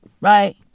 right